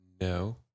no